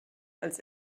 als